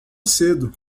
cedo